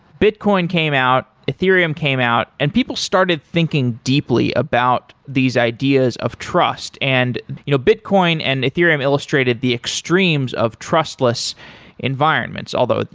bitcoin came out, ethereum came out, and people started thinking deeply about these ideas of trust and you know, bitcoin and ethereum illustrated the extremes of trustless environments, although,